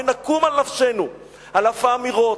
ואם נקום על נפשנו על אף האמירות,